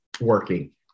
working